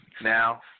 Now